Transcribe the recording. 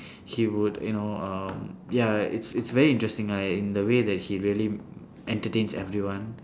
he would you know um ya it's it's very interesting ah in the way that he really entertains everyone